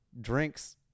drinks